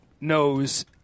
Knows